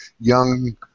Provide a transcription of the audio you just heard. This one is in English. young